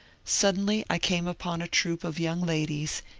suddenly i came upon a troop of young ladies,